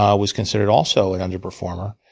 um was considered also an underperformer.